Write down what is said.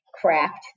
craft